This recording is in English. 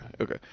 okay